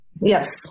Yes